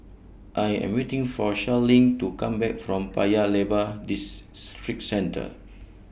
I Am waiting For Sharleen to Come Back from Paya Lebar Districentre